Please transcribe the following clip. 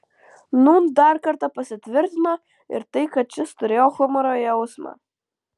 nūn dar kartą pasitvirtino ir tai kad šis turėjo humoro jausmą